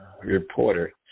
reporter